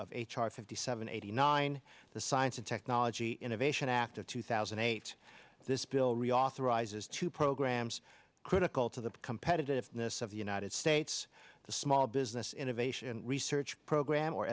of h r fifty seven eighty nine the science and technology innovation act of two thousand and eight this bill reauthorizes two programs critical to the competitiveness of the united states the small business innovation and research program or